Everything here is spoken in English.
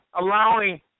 allowing